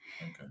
Okay